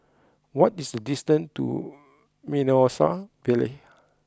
what is the distance to Mimosa Vale